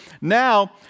now